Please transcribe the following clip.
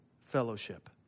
fellowship